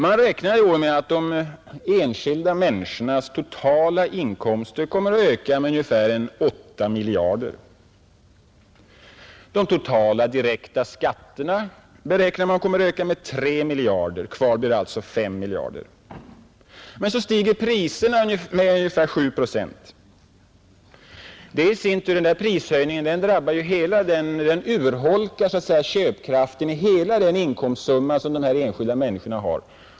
Man räknar i år med att de enskilda människornas totala inkomster kommer att öka med ungefär 8 miljarder. De totala direkta skatterna kommer att öka med 3 miljarder. Kvar blir alltså 5 miljarder. Men så stiger priserna med ungefär 7 procent. Denna prisökning urholkar köpkraften av hela den inkomstsumma som de enskilda människorna har.